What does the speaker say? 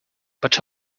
but